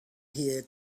here